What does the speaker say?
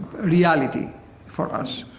reality for us.